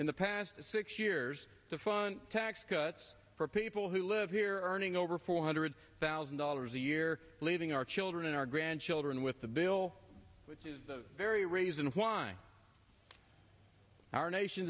in the past six years the fun tax cuts for people who live here arning over four hundred thousand dollars a year leaving our children our grandchildren with the bill which is the very reason why our nation